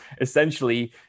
essentially